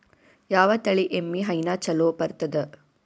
ಯಾವ ತಳಿ ಎಮ್ಮಿ ಹೈನ ಚಲೋ ಬರ್ತದ?